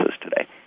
today